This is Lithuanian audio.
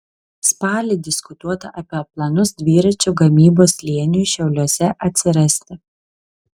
spalį diskutuota apie planus dviračių gamybos slėniui šiauliuose atsirasti